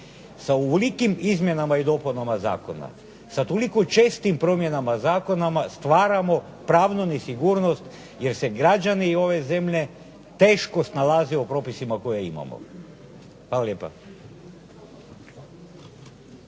Sa ovolikim izmjenama i dopunama zakona, sa toliko čestim promjenama zakona stvaramo pravnu nesigurnost, jer se građani ove zemlje teško snalaze u propisima koje imamo. **Šeks,